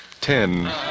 Ten